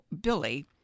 Billy